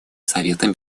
советом